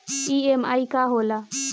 EMI का होला?